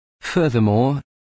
Furthermore